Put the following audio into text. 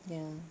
ya